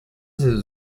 ses